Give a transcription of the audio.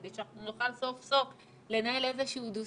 כדי שאנחנו נוכל סוף סוף לנהל איזה שהוא דו